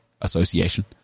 association